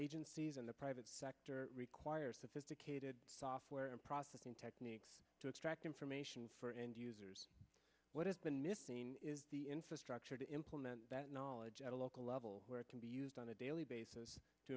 agencies in the private sector require sophisticated software and processing techniques to extract information for end users what has been missing is the infrastructure to implement that knowledge at a local level where it can be used on a daily basis to